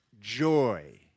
joy